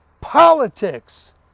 politics